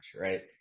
right